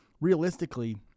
Realistically